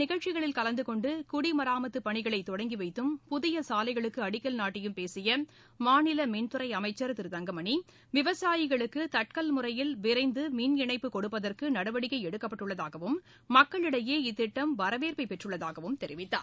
நிகழ்ச்சிகளில் கலந்துகொண்டு குடிமராமத்து பணிகளை தொடங்கிவைத்தும் புதிய இந்த சாலைகளுக்கு அடிக்கல் நாட்டியும் பேசிய மாநில மின்துறை அமைச்சர் திரு தங்கமணி விவசாயிகளுக்கு தட்கல் முறையில் விரைந்து மின் இணைப்பு கொடுப்பதற்கு நடவடிக்கை எடுக்கப்பட்டுள்ளதாகவும் மக்களிடையே இத்திட்டம் வரவேற்பு பெற்றுள்ளதாகவும் தெரிவித்தார்